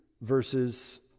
verses